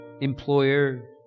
employer